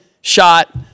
shot